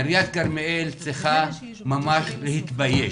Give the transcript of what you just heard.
עיריית כרמיאל צריכה ממש להתבייש.